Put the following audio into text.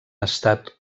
estat